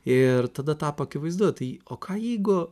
ir tada tapo akivaizdu tai o ką jeigu